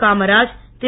காமராத் திரு